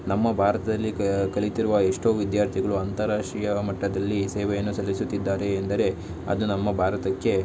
ನಮ್ಮ ಭಾರತದಲ್ಲಿ ಕಲಿತಿರುವ ಎಷ್ಟೋ ವಿದ್ಯಾರ್ಥಿಗಳು ಅಂತಾರಾಷ್ಟ್ರೀಯ ಮಟ್ಟದಲ್ಲಿ ಸೇವೆಯನ್ನು ಸಲ್ಲಿಸುತ್ತಿದ್ದಾರೆ ಎಂದರೆ ಅದು ನಮ್ಮ ಭಾರತಕ್ಕೆ